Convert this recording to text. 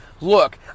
look